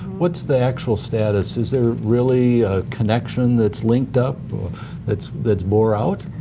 what's the actual status, is there really a connection that's linked up that's that's borne out?